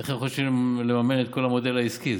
איך הם חושבים לממן את כל המודל העסקי?